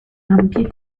ampie